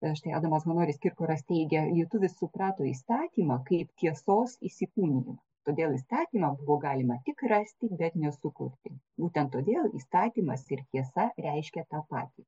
štai adamas manoris kirkoras teigia lietuvis suprato įstatymą kaip tiesos įsikūnijimą todėl įstatymą buvo galima tik rasti bet nesukurti būtent todėl įstatymas ir tiesa reiškė tą patį